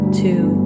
two